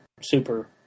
super